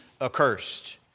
accursed